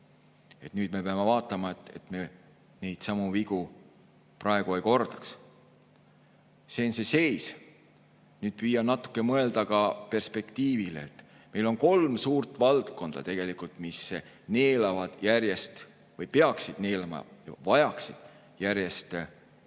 Nüüd me peame vaatama, et me neid samu vigu praegu ei kordaks. See on see seis. Nüüd püüan natuke mõelda ka perspektiivile. Meil on kolm suurt valdkonda, mis neelavad järjest või peaksid neelama [raha] ja vajaksid